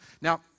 Now